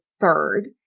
third